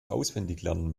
auswendiglernen